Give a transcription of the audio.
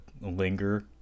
linger